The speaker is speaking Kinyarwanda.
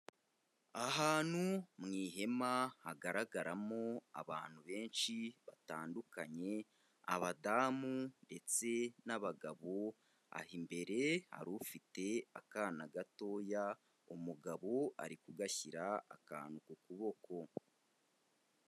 Ahantu mu ihema hagaragaramo abantu benshi batandukanye, abadamu ndetse n'abagabo, aha imbere hari ufite akana gatoya, umugabo ari kugashyira akantu ku kuboko.